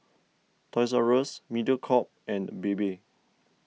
Toys R Us Mediacorp and Bebe